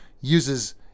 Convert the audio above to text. uses